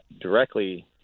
directly